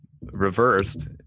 reversed